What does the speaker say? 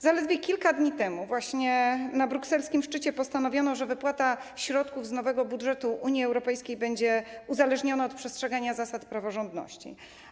Zaledwie kilka dni temu na brukselskim szczycie postanowiono, że wypłata środków z nowego budżetu Unii Europejskiej będzie uzależniona od przestrzegania zasad praworządności.